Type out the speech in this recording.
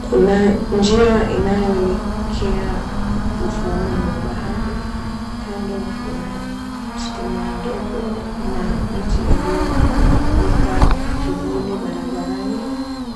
Kuna njia inayoelekea ufuoni mwa bahari kando kuna stima ndogo na miti iliyoweka kivuli barabarani,